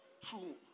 True